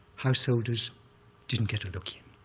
householders didn't get a look in,